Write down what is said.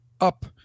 up